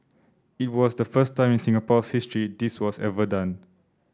it was the first time in Singapore's history this was ever done